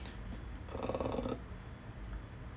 uh